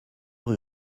rue